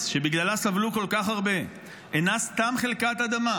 שבגללה סבלו כל כך הרבה אינה סתם חלקת אדמה,